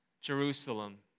Jerusalem